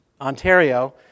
Ontario